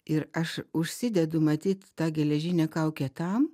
ir aš užsidedu matyt tą geležinę kaukę tam